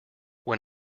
when